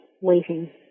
waiting